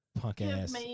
punk-ass